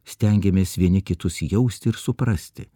stengiamės vieni kitus jausti ir suprasti